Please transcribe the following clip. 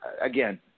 again